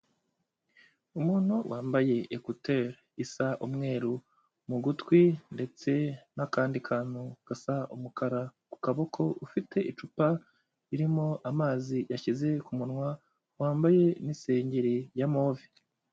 Umuntu wambaye ekuteri isa umweru mu gutwi, ndetse n'akandi kantu gasa umukara ku kaboko, ufite icupa ririmo amazi yashyize ku munwa, wambaye n'isengeri ya move.